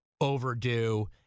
overdue